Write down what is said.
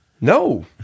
No